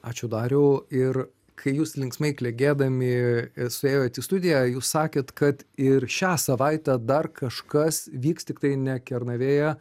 ačiū dariau ir kai jūs linksmai klegėdami suėjot į studiją jūs sakėt kad ir šią savaitę dar kažkas vyks tik tai ne kernavėje